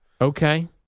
Okay